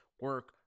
Work